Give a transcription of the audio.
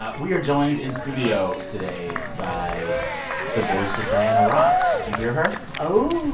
ah we are joined in studio today by the voice of diana ross. do you hear her? oh,